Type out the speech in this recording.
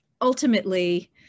ultimately